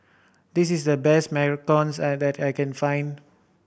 this is the best macarons that I can find